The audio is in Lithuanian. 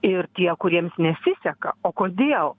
ir tie kuriems nesiseka o kodėl